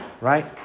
right